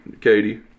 Katie